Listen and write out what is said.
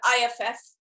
IFF